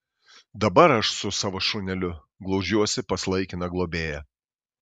dabar aš su savo šuneliu glaudžiuosi pas laikiną globėją